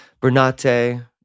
Bernate